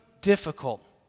Difficult